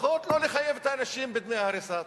לפחות לא לחייב את האנשים בדמי ההריסה.